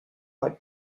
like